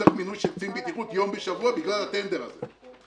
- תצטרך מינוי של קצין בטיחות יום בשבוע בגלל הטנדר הזה.